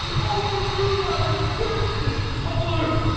o, for rhubarb to purge this choler!